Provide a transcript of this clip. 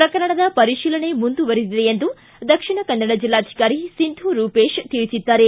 ಪ್ರಕರಣದ ಪರಿತೀಲನೆ ಮುಂದುವರಿದಿದೆ ಎಂದು ದಕ್ಷಿಣಕನ್ನಡ ಜೆಲ್ಲಾಧಿಕಾರಿ ಸಿಂಧೂ ರೂಪೇಶ್ ತಿಳಿಸಿದ್ದಾರೆ